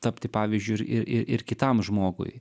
tapti pavyzdžiu ir ir ir kitam žmogui